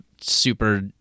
super